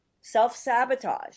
self-sabotage